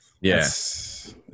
yes